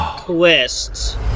Twists